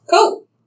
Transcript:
Cool